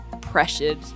pressured